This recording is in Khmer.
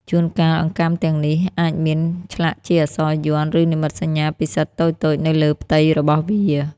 ជួនកាល អង្កាំទាំងនេះអាចមានឆ្លាក់ជាអក្សរយ័ន្ត ឬនិមិត្តសញ្ញាពិសិដ្ឋតូចៗនៅលើផ្ទៃរបស់វា។